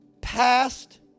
past